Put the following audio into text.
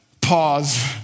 Pause